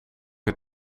het